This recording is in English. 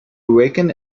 awaken